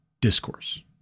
discourse